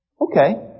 Okay